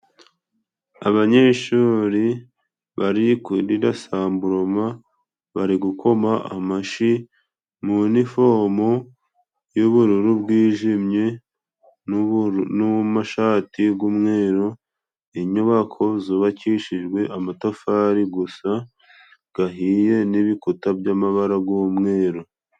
Abanyeshuri bari kurirasamburoma bari gukoma amashyi munifomu yubururu bwijimye, amashati y'umweru inyubako zubakishijwe amatafari gusa gahiye nibikuta byamabara y'umweru.